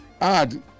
add